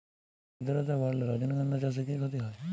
আদ্রর্তা বাড়লে রজনীগন্ধা চাষে কি ক্ষতি হয়?